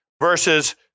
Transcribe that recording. verses